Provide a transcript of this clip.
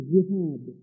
Jihad